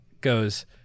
goes